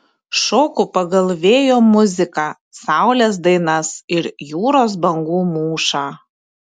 šoku pagal vėjo muziką saulės dainas ir jūros bangų mūšą